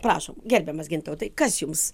prašom gerbiamas gintautai kas jums